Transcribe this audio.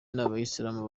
n’abayisilamu